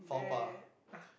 mad ah